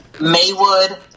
Maywood